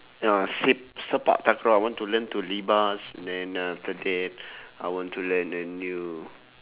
ya sep~ sepak takraw I want to learn to libas and then after that I want to learn a new